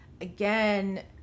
again